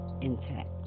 intact